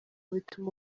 bituma